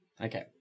Okay